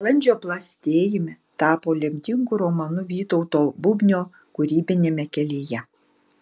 balandžio plastėjime tapo lemtingu romanu vytauto bubnio kūrybiniame kelyje